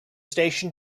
station